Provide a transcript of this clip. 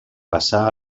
passà